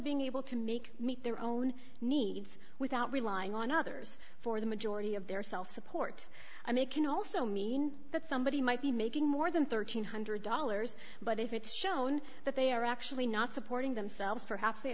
being able to make meet their own needs without relying on others for the majority of their self support i mean it can also mean that somebody might be making more than one thousand three hundred dollars but if it's shown that they are actually not supporting themselves